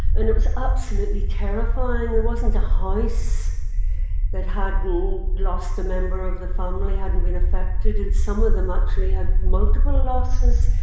and it was absolutely terrifying. there wasn't a house that hadn't lost a member of the family, hadn't been affected, and some of them actually had multiple losses.